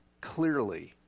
clearly